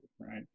right